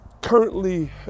currently